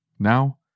Now